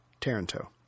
Taranto